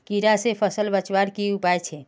कीड़ा से फसल बचवार की उपाय छे?